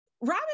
Robin